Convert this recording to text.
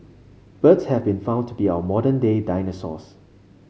birds have been found to be our modern day dinosaurs